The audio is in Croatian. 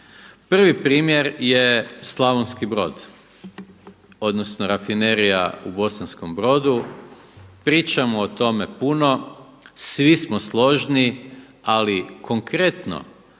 Prvi primjer je Slavonski Brod, odnosno Rafinerija u Bosanskom Brodu. Pričamo o tome puno. Svi smo složni, ali konkretno